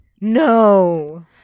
No